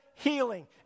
healing